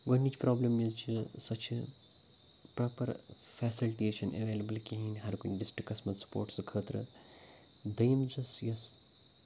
گۄڈنِچ پرٛابلِم یُس چھِ سۄ چھِ پرٛاپَر فیسَلٹیٖز چھَنہٕ اٮ۪ویلبٕل کِہیٖنۍ ہَرکُنہِ ڈِسٹِکَس منٛز سپوٹسہٕ خٲطرٕ دوٚیِم چھَس یۄس